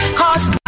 cause